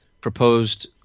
proposed